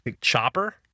chopper